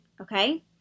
okay